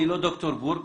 אני לא דוקטור בורג.